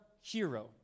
hero